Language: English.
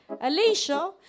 Alicia